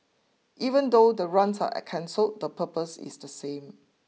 even though the runs are cancelled the purpose is the same